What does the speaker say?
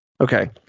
Okay